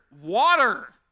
Water